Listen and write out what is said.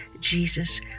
Jesus